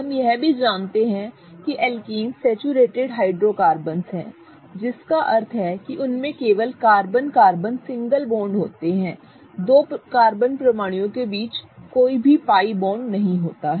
हम यह भी जानते हैं कि एल्केन्स सैचुरेटिड हाइड्रोकार्बन हैं जिसका अर्थ है कि उनमें केवल कार्बन कार्बन एकल बॉन्ड होते हैं दो कार्बन परमाणुओं के बीच कोई पाई बॉन्ड नहीं है